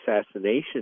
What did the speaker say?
assassination